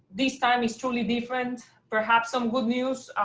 this time is truly different, perhaps some good news.